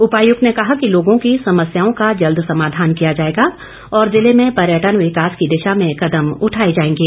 उपायुक्त ने कहा कि लोगों की समस्याओं का जल्द समाधान किया जाएगा और जिले में पर्यटन विकास की दिशा में कदम उठाए जाएंगे